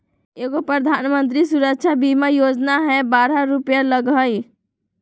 एगो प्रधानमंत्री सुरक्षा बीमा योजना है बारह रु लगहई?